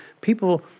people